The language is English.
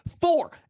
Four